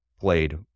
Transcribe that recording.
played